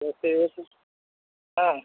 जैसे हाँ